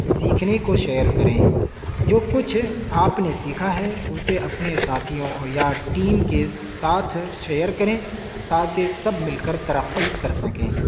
سیکھنے کو شیئر کریں جو کچھ آپ نے سیکھا ہے اسے اپنے ساتھیوں یا ٹیم کے ساتھ شیئر کریں تاکہ سب مل کر ترقی کر سکیں